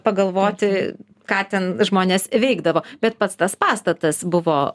pagalvoti ką ten žmonės veikdavo bet pats tas pastatas buvo